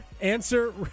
answer